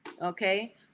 Okay